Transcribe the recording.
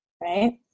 right